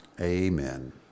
Amen